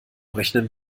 rechnen